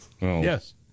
Yes